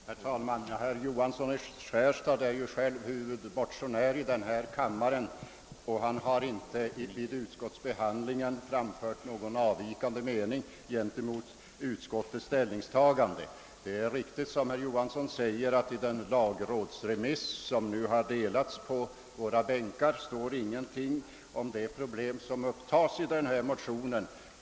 Herr talman! Herr Johansson i Skärstad är själv huvudmotionär i denna kammare. Han har inte vid utskottsbehandlingen framfört någon avvikande mening gentemot utskottets ställningstagande. Det är riktigt, som herr Johansson säger, att i den lagrådsremiss som nu har delats på våra bänkar inte står någonting om det problem som upptas i denna motion.